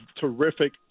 terrific